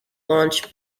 launch